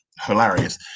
Hilarious